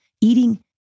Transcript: Eating